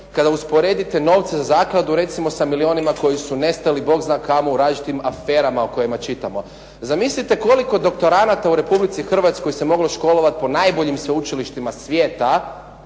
kada usporedite novce za zakladu recimo sa milijunima koji su nestali Bog zna kamo u različitim aferama o kojima čitamo. Zamislite koliko doktoranata u Republici Hrvatskoj se moglo školovati po najboljim sveučilištima svijeta